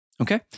Okay